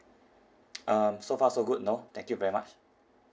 um so far so good no thank you very much